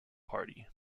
party